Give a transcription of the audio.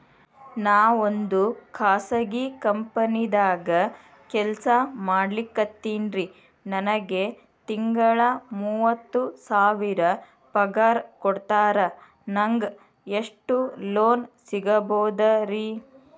ನಾವೊಂದು ಖಾಸಗಿ ಕಂಪನಿದಾಗ ಕೆಲ್ಸ ಮಾಡ್ಲಿಕತ್ತಿನ್ರಿ, ನನಗೆ ತಿಂಗಳ ಮೂವತ್ತು ಸಾವಿರ ಪಗಾರ್ ಕೊಡ್ತಾರ, ನಂಗ್ ಎಷ್ಟು ಲೋನ್ ಸಿಗಬೋದ ರಿ?